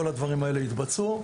כל הדברים האלה יתבצעו.